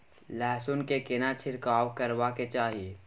लहसुन में केना छिरकाव करबा के चाही?